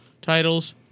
titles